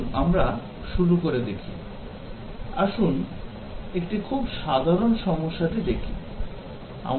আসুন আমরা শুরু করে দেখি আসুন একটি খুব সাধারণ সমস্যাটি দেখি